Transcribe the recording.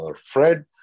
Fred